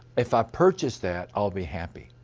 if i purchase that i will be happy.